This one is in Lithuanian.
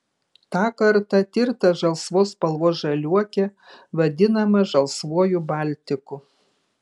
tą kartą tirta žalsvos spalvos žaliuokė vadinama žalsvuoju baltiku